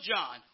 John